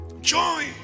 Joy